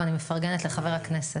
ואני מפרגנת לחבר הכנסת.